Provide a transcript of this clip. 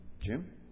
Jim